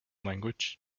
language